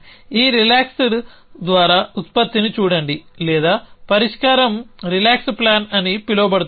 ఈ రిలాక్స్డ్ ద్వారా ఉత్పత్తిని చూడండి లేదా పరిష్కారం రిలాక్స్ ప్లాన్ అని పిలవబడుతుంది